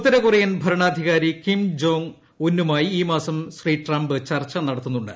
ഉത്തര Korean ഭരണാധികാരി Kim Jong ഉന്നുമായി ഈ മാസം ശ്രീ ട്രംപ് ചർച്ച നടത്തുന്നുണ്ട്